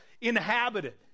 inhabited